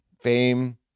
Fame